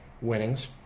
winnings